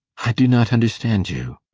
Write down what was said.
i do not understand you.